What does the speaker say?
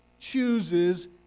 chooses